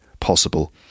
possible